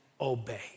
obey